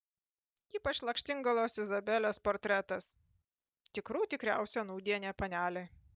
ypač lakštingalos izabelės portretas tikrų tikriausia nūdienė panelė